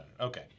okay